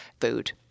food